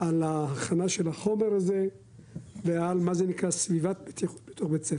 על ההכנה של החומר הזה ועל מה זה נקרא סביבת בטיחות בתוך בית הספר.